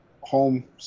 home